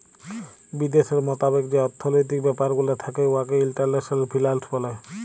বিদ্যাশের মতাবেক যে অথ্থলৈতিক ব্যাপার গুলা থ্যাকে উয়াকে ইল্টারল্যাশলাল ফিল্যাল্স ব্যলে